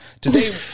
today